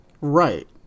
Right